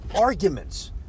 arguments